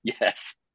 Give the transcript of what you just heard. Yes